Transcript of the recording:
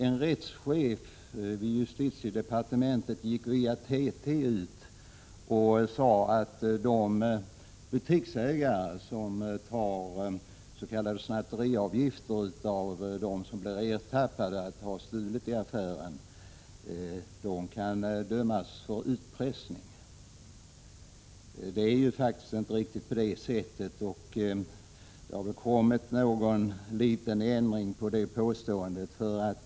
En rättschef i justitiedepartementet gick via TT ut och sade att de butiksägare som tar ut s.k. snatteriavgifter av dem som blir ertappade med att ha stulit i en affär kan dömas för utpressning. Det är faktiskt inte riktigt på det sättet, och det har väl gjorts någon liten ändring av rättschefens påstående.